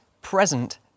present